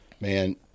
Man